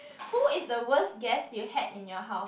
who is the worst guest you had in your house